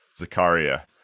zakaria